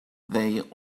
they